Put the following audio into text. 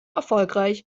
erfolgreich